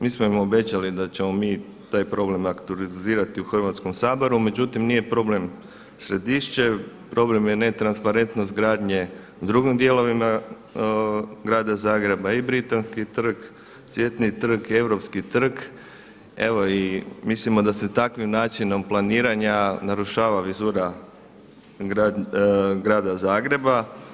Mi smo im obećali da ćemo mi taj problem aktualizirati u Hrvatskom saboru međutim nije problem Središće, problem je netransparentnost gradnje u drugim dijelovima Grada Zagreba, i Britanski trg, Cvjetni trg, Europski trg evo i mislimo da se takvim načinom planiranja narušava vizura Grada Zagreba.